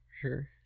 Sure